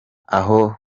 aho